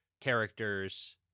characters